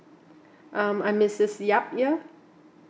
um I'm missus yap here